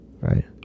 Right